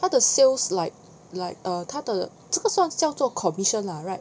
他的 sales like like err 他的这个算叫做 commission lah right